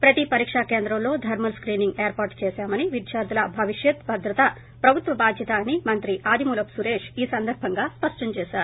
ప్రతి పరీక్షా కేంద్రంలో థర్మల్ స్ర్క్ నింగ్ ఏర్పాటు చేశామని విద్యార్లుల భవిష్యత్ భద్రత ప్రభుత్వ బాధ్యత అని మంత్రి ఆదిమూలపు సురేష్ ఈ సందర్బంగా స్పష్టం చేశారు